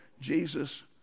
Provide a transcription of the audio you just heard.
Jesus